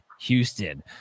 Houston